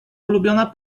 ulubiona